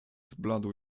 zbladł